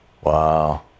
Wow